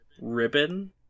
ribbon